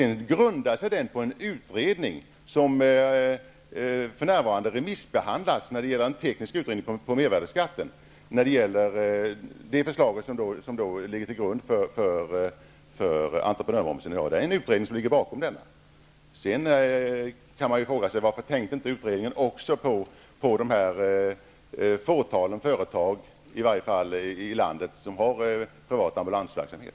Den grundar sig på en utredning som för närvarande remissbehandlas när det gäller den tekniska utredningen av mervärdesskatten beträffande det förslag som ligger till grund för entreprenörmomsen i dag. Det är en utredning som ligger bakom denna. Sedan kan man undra varför utredningen inte tänkte även på det fåtal företag i landet som bedriver privat ambulansverksamhet.